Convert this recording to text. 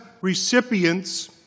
recipients